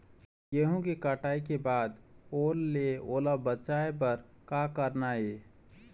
गेहूं के कटाई के बाद ओल ले ओला बचाए बर का करना ये?